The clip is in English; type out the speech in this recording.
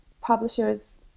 publishers